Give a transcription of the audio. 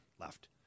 left